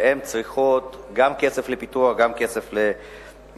והן צריכות גם כסף לפיתוח וגם כסף לשיווק.